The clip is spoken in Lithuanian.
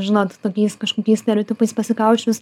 žinot tokiais kažkokiais stereotipais pasikausčius